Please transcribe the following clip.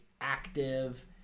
active